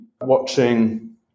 watching